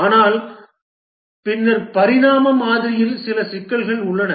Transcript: ஆனால் பின்னர் பரிணாம மாதிரியில் சில சிக்கல்கள் உள்ளன